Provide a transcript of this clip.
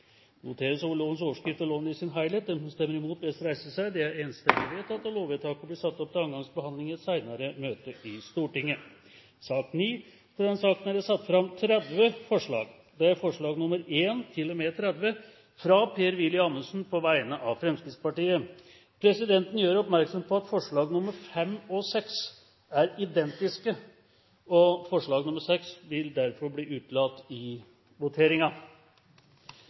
Det voteres over lovens overskrift og loven i sin helhet. Lovvedtaket vil bli satt opp til andre gangs behandling i et senere møte i Stortinget. Under debatten er det satt fram i alt 30 forslag. Det er forslagene nr. 1–30, fra Per-Willy Amundsen fra Fremskrittspartiet. Presidenten gjør oppmerksom på at forslag nr. 5 og 6 er identiske, og forslag nr. 6 vil derfor bli utelatt i